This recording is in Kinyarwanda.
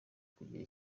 kugira